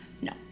No